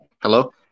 Hello